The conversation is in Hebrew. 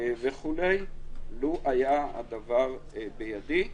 לו היה הדבר בידי,